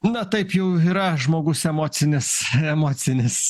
na taip jau yra žmogus emocinis emocinis